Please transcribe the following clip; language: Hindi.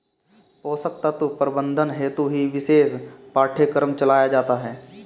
पोषक तत्व प्रबंधन हेतु ही विशेष पाठ्यक्रम चलाया जाता है